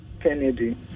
Kennedy